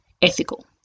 ethical